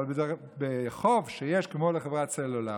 אבל בחוב שיש כמו לחברת סלולר,